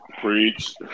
preach